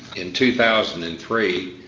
in two thousand and three,